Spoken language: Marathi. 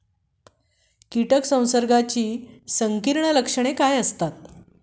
कीटक संसर्गाची संकीर्ण लक्षणे काय असतात?